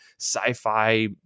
sci-fi